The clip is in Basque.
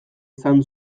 izan